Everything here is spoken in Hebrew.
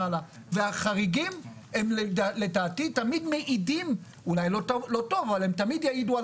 לדעתי החריגים תמיד מעידים אולי לא טוב אבל הם תמיד יעידו על